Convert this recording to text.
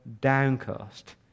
downcast